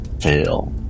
fail